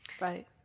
right